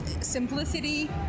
simplicity